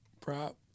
prop